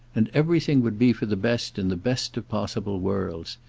and everything would be for the best in the best of possible worlds.